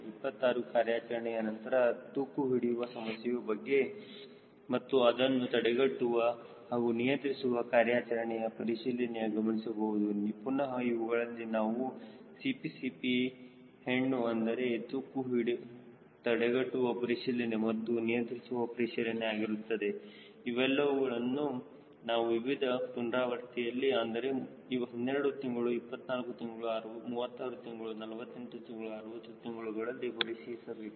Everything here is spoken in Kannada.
26 ಕಾರ್ಯಾಚರಣೆಯ ನಂತರ ತುಕ್ಕು ಹಿಡಿಯುವ ಸಮಸ್ಯೆಯ ಬಗ್ಗೆ ಮತ್ತು ಅದನ್ನು ತಡೆಗಟ್ಟುವ ಹಾಗೂ ನಿಯಂತ್ರಿಸುವ ಕಾರ್ಯಾಚರಣೆಯ ಪರಿಶೀಲನೆಯನ್ನು ಗಮನಿಸಬಹುದು ಪುನಹ ಇವುಗಳನ್ನು ನಾವು CPCP ಹೆಣ್ಣು ಅಂದರೆ ತುಕ್ಕು ತಡೆಗಟ್ಟುವ ಪರಿಶೀಲನೆ ಮತ್ತು ನಿಯಂತ್ರಿಸುವ ಪರಿಶೀಲನೆ ಆಗಿರುತ್ತದೆ ಇವುಗಳನ್ನು ನಾವು ವಿವಿಧ ಪುನರಾವರ್ತನೆಯಲ್ಲಿ ಅಂದರೆ 12 ತಿಂಗಳು 24 ತಿಂಗಳು 36 ತಿಂಗಳು 48 ತಿಂಗಳು 60 ತಿಂಗಳುಗಳಲ್ಲಿ ಪರೀಕ್ಷಿಸಬೇಕು